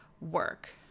work